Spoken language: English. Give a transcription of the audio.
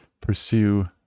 pursue